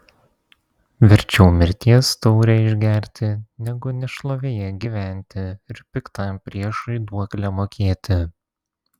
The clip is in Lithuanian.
verčiau mirties taurę išgerti negu nešlovėje gyventi ir piktam priešui duoklę mokėti